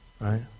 right